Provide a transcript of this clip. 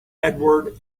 edward